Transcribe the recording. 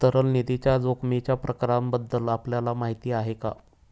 तरल निधीच्या जोखमीच्या प्रकारांबद्दल आपल्याला माहिती आहे का?